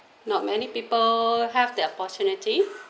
not many people have that opportunity